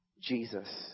Jesus